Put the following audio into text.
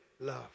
love